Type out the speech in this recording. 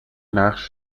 نقش